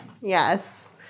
Yes